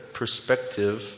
perspective